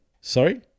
Sorry